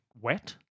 wet